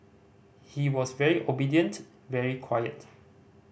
he was very obedient very quiet